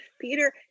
Peter